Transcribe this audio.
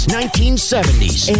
1970s